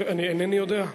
אינני יודע.